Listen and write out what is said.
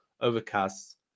Overcast